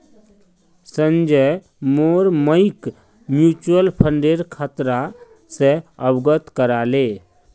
संजय मोर मइक म्यूचुअल फंडेर खतरा स अवगत करा ले